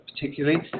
particularly